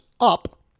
up